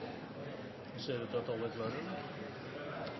vi selvsagt til etterretning at Fremskrittspartiet er